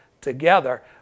together